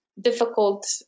difficult